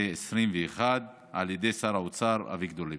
2021 על ידי שר האוצר אביגדור ליברמן.